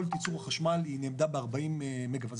יכולת ייצור החשמל נאמדה ב-40 מגה וואט.